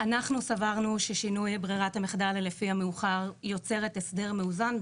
אנחנו סברנו ששינוי ברירת המחדל לפי המאוחר יוצרת הסדר מאוזן,